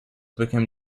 became